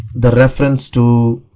the reference to